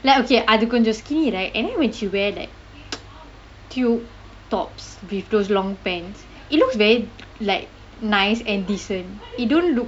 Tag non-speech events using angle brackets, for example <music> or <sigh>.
like okay அது கொஞ்சம்:athu konjam skinny right and then when she wear like <noise> tube tops with those long pants it looks very like nice and decent it don't look